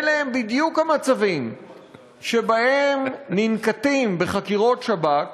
אלה הם בדיוק המצבים שבהם ננקטים בחקירות שב"כ